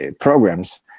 programs